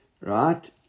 right